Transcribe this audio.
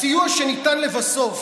הסיוע שניתן לבסוף